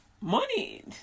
Money